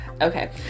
okay